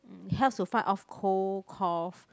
um it helps to fight off cold cough